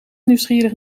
nieuwsgierig